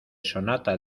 sonata